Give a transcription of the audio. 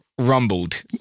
rumbled